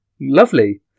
Lovely